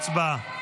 הצבעה.